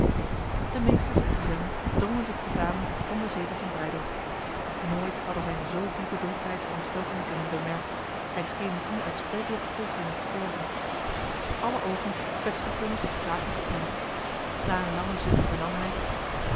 de meesters en gezellen drongen zich te samen om de zetel van breydel nooit hadden zij een zo diepe droefheid en ontsteltenis in hem bemerkt hij scheen in onuitsprekelijke folteringen te sterven alle ogen vestigden zich vragend op hem na een lange zucht hernam hij